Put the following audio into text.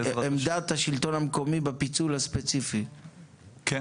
מיכאל מרדכי ביטון (יו"ר ועדת הכלכלה): עד